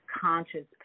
conscious